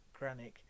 Granick